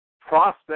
process